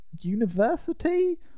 University